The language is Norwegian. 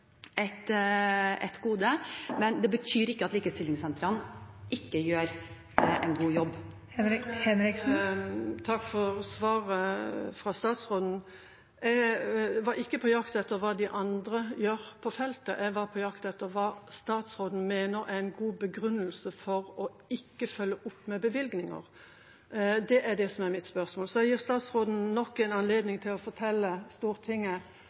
et gode. Men det betyr ikke at likestillingssentrene ikke gjør en god jobb. Takk for svaret fra statsråden. Jeg var ikke på jakt etter hva de andre gjør på feltet, jeg var på jakt etter hva statsråden mener er en god begrunnelse for ikke å følge opp med bevilgninger. Det er mitt spørsmål. Jeg gir statsråden nok en anledning til å fortelle Stortinget